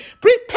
prepare